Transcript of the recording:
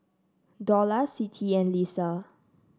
Dollah Siti and Lisa